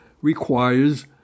requires